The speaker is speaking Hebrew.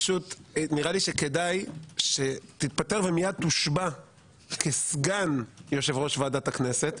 נראה לי שכדאי שתתפטר ומיד תושבע כסגן יושב-ראש ועדת הכנסת,